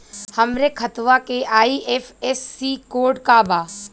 हमरे खतवा के आई.एफ.एस.सी कोड का बा?